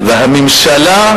והממשלה,